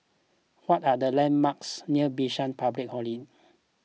what are the landmarks near Bishan Public